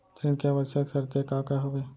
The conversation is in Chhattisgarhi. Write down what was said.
ऋण के आवश्यक शर्तें का का हवे?